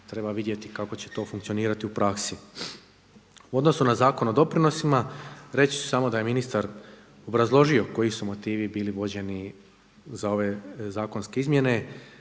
treba vidjeti kako će to funkcionirati u praksi. U odnosu na Zakon o doprinosima reći ću samo da je ministar obrazložio koji su motivi bili vođeni za ove zakonske izmjene,